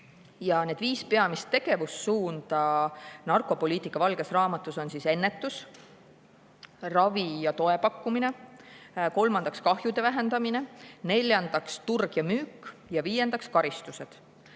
Viis peamist tegevussuunda narkopoliitika valges raamatus on: esiteks, ennetus; teiseks, ravi ja toe pakkumine; kolmandaks, kahjude vähendamine; neljandaks, turg ja müük; ja viiendaks, karistused.